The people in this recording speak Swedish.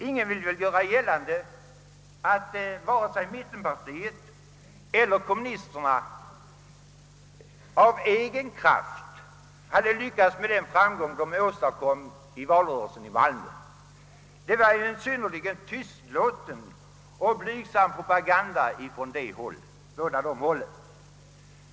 Ingen vill väl göra gällande att vare sig mittenpartiet eller kommunisterna av egen kraft skulle ha lyckats nå en sådan framgång i valet i Malmö. Det fördes ju en synnerligen tystlåten och blygsam propaganda från båda dessa håll.